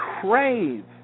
crave